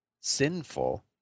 sinful